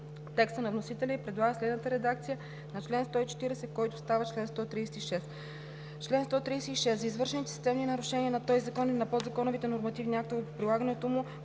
текста на вносителя и предлага следната редакция на чл. 140, който става чл. 136: „Чл. 136. За извършени системни нарушения на този закон и на подзаконовите нормативни актове по прилагането му